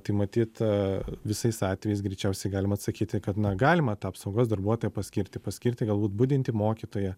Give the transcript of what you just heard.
tai matyt visais atvejais greičiausiai galima atsakyti kad na galima tą apsaugos darbuotoją paskirti paskirti galbūt budintį mokytoją